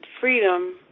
freedom